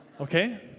okay